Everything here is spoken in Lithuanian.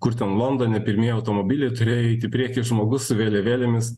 kur ten londone pirmieji automobiliai turėjo eiti priekyje žmogus su vėliavėlėmis